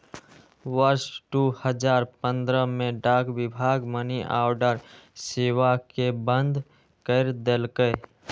वर्ष दू हजार पंद्रह मे डाक विभाग मनीऑर्डर सेवा कें बंद कैर देलकै